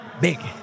big